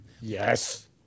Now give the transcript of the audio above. Yes